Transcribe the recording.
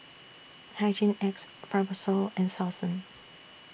Hygin X Fibrosol and Selsun